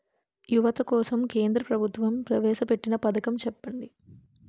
యువత కోసం కేంద్ర ప్రభుత్వం ప్రవేశ పెట్టిన పథకం చెప్పండి?